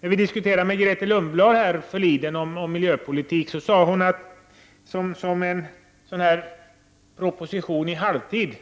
När jag härförleden diskuterade med Grethe Lundblad om miljöpolitik sade hon att miljöpropositionen ändå är acceptabel som en proposition i halvtid.